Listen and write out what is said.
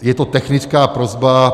Je to technická prosba.